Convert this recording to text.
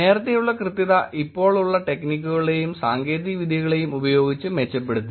നേരത്തെയുള്ള കൃത്യത ഇപ്പോളുള്ള ടെക്നിക്കുകളും സാങ്കേതികവിദ്യകളും ഉപയോഗിച്ച് മെച്ചപ്പെടുത്തി